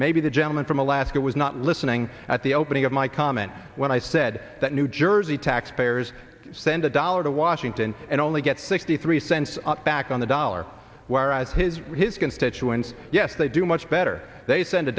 maybe the gentleman from alaska was not listening at the opening of my comment when i said that new jersey taxpayers send a dollar to washington and only get sixty three cents back on the dollar whereas his his constituents yes they do much better they send a